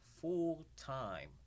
full-time